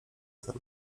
znam